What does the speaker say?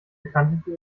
bekanntes